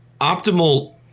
optimal